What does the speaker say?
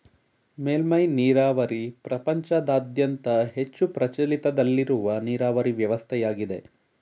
ಮೇಲ್ಮೆ ನೀರಾವರಿ ಪ್ರಪಂಚದಾದ್ಯಂತ ಹೆಚ್ಚು ಪ್ರಚಲಿತದಲ್ಲಿರುವ ನೀರಾವರಿ ವ್ಯವಸ್ಥೆಯಾಗಿದೆ